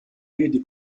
die